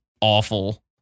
awful